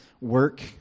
work